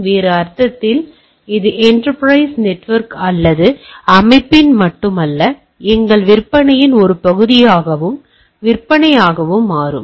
வேறு அர்த்தத்தில் இது என்டப்ரைஸ்ர் நெட்வொர்க் அல்லது அமைப்பின் மட்டுமல்ல எங்கள் விற்பனையின் ஒரு பகுதியாகவும் விற்பனையாகவும் மாறும்